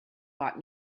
bought